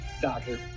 Doctor